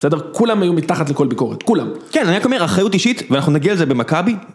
בסדר? כולם היו מתחת לכל ביקורת. כולם. כן, אני רק אומר, אחריות אישית, ואנחנו נגיע לזה במכבי.